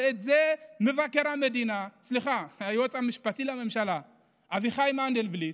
ואת זה, היועץ המשפטי לממשלה אביחי מנדלבליט,